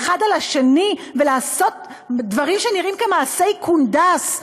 על זה ולעשות דברים שנראים כמעשי קונדס?